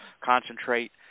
concentrate